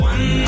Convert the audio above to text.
One